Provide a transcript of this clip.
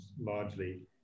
largely